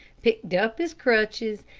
picked up his crutches,